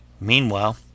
Meanwhile